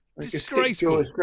Disgraceful